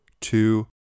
two